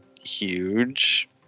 huge